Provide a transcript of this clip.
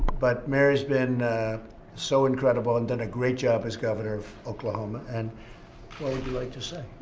but mary's been so incredible and done a great job as governor of oklahoma. and what would you like to say?